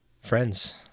Friends